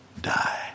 die